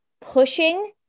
pushing